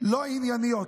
לא ענייניות.